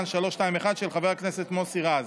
של חבר הכנסת מוסי רז.